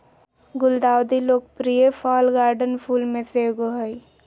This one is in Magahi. गुलदाउदी लोकप्रिय फ़ॉल गार्डन फूल में से एगो हइ